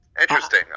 Interesting